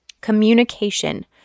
Communication